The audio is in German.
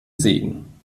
segen